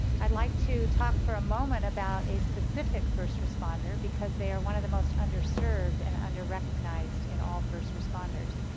i'd like to talk for a moment about a specific first responder. because they are one of the most underserved and under recognized in all first responders.